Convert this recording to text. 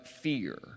fear